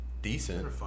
decent